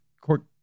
court